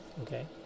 okay